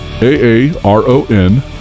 a-a-r-o-n